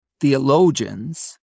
theologians